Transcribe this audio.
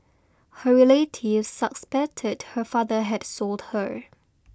her relatives suspected her father had sold her